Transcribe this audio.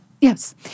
Yes